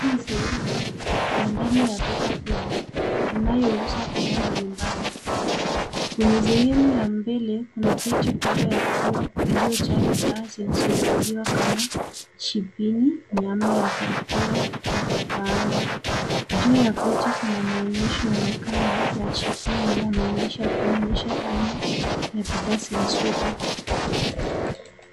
Hii ni sehemu ya ndani ya duka kubwa inayouza bidhaa mbalimbali